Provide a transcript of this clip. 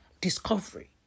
discovery